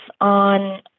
on